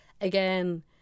again